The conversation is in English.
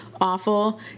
Awful